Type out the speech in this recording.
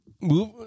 move